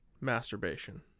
masturbation